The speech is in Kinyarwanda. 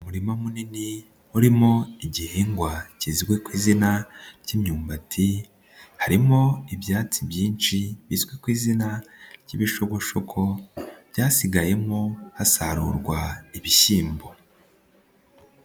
Umurima munini urimo igihingwa kizwi ku izina ry'imyumbati, harimo ibyatsi byinshi bizwi ku izina ry'ibishogoshogo, byasigayemo hasarurwa ibishyimbo.